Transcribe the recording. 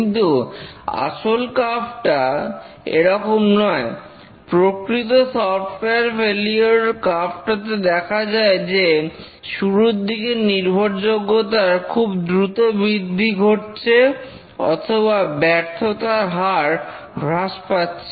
কিন্তু আসল কার্ভটা কিন্তু এরকম নয় প্রকৃত সফটওয়্যার ফেলিওর কার্ভটাতে দেখা যায় যে শুরুর দিকে নির্ভরযোগ্যতার খুব দ্রুত বৃদ্ধি ঘটছে অথবা ব্যর্থতার হার হ্রাস পাচ্ছে